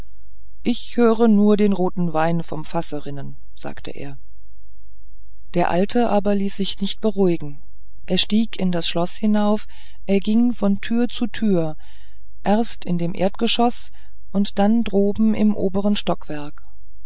ich höre nur den roten wein vom fasse rinnen sagte er der alte aber ließ sich nicht beruhigen er stieg in das schloß hinauf er ging von tür zu tür erst in dem erdgeschoß und dann droben in dem oberen stockwerk